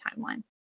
timeline